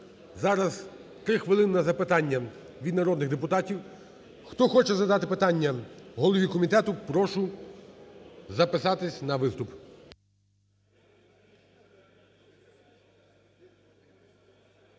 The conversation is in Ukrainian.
Зараз три хвилин на запитання від народних депутатів. Хто хоче задати питання голові комітету, прошу записатись на виступ.